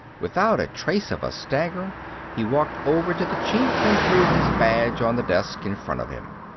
without a trace of a stagger he walked over to the chief and threw his badge on the desk in front of him.